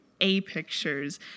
A-pictures